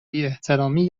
بیاحترامی